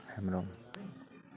Hembrom